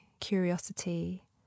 curiosity